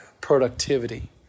productivity